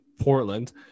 Portland